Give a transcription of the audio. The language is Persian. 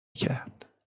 کرد